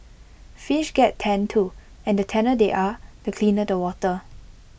fish get tanned too and the tanner they are the cleaner the water